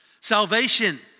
Salvation